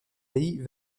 pays